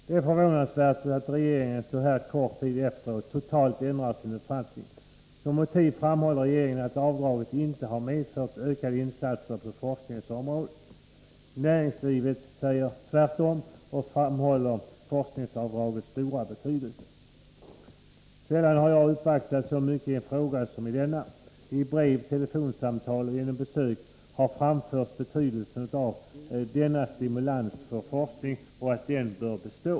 Det är förvånansvärt att regeringen så här kort tid efteråt totalt ändrar sin uppfattning. Som motiv framhåller regeringen att avdraget inte har medfört ökade insatser på forskningens område. Näringslivet säger tvärtom och framhåller forskningsavdragets stora betydelse. Sällan har jag uppvaktats så mycket i en fråga som i denna. I brev, telefonsamtal och genom besök har framhållits betydelsen av att denna stimulans för forskning bör bestå.